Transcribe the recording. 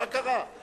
מה קרה?